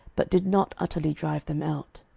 but did not utterly drive them out.